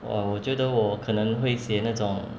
!wah! 我觉得我可能会写那种